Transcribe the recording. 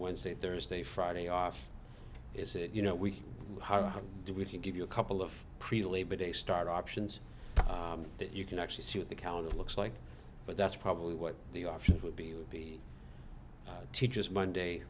wednesday thursday friday off is it you know we are how do we can give you a couple of pre labor day start options that you can actually see at the counter it looks like but that's probably what the option would be would be teachers monday